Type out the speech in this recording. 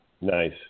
Nice